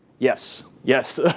yes. yes.